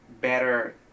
better